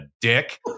dick